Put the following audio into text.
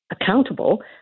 accountable